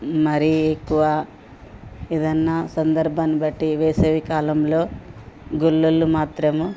మరీ ఎక్కువ ఏదన్నా సందర్భాన్ని బట్టి వేసవికాలంలో గొల్లోళ్ళు మాత్రము